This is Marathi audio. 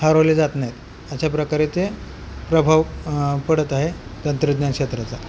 हरवले जात नाहीत अशा प्रकारे ते प्रभाव पडत आहे तंत्रज्ञान क्षेत्राचा